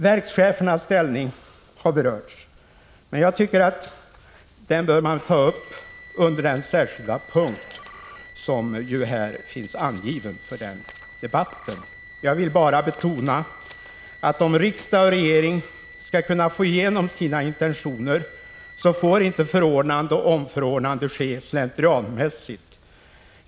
Verkschefernas ställning har berörts, men jag tycker att den frågan bör tas upp under den särskilda punkt där den debatten skall föras. Jag vill bara betona att om riksdag och regering skall kunna få igenom sina intentioner, får inte förordnande och omförordnande ske slentrianmässigt.